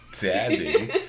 daddy